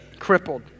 Crippled